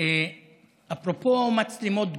אפרופו מצלמות גוף,